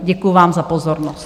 Děkuji vám za pozornost.